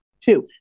two